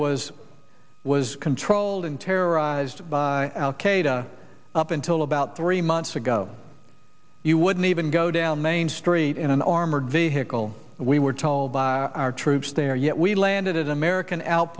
was was controlled and terrorized by al qaeda up until about three months ago you wouldn't even go down main street in an armored vehicle we were told by our troops there yet we landed at american